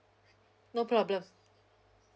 no problem